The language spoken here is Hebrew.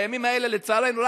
בימים האלה, לצערנו,